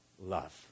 love